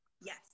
Yes